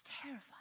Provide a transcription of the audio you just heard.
Terrified